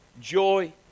joy